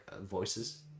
voices